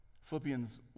Philippians